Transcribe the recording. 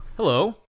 Hello